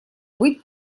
быть